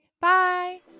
Bye